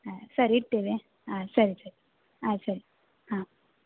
ಹಾಂ ಸರಿ ಇಡ್ತೇವೆ ಹಾಂ ಸರಿ ಸರಿ ಹಾಂ ಸರಿ ಹಾಂ